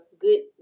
good